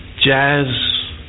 jazz